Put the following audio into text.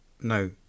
no